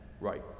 right